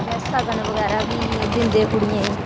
सगन बगैरबी दिंदे कुडियै गी